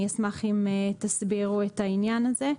אני אשמח אם תסבירו את העניין הזה.